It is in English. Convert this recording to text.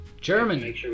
German